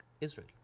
israel